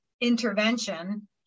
intervention